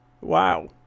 Wow